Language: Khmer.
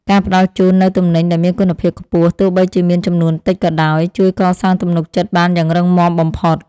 ការផ្ដល់ជូននូវទំនិញដែលមានគុណភាពខ្ពស់ទោះបីជាមានចំនួនតិចក៏ដោយ ជួយកសាងទំនុកចិត្តបានយ៉ាងរឹងមាំបំផុត។